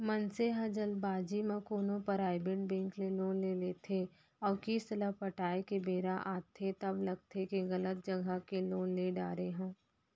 मनसे ह जल्दबाजी म कोनो पराइबेट बेंक ले लोन ले लेथे अउ किस्त ल पटाए के बेरा आथे तब लगथे के गलत जघा ले लोन ले डारे हँव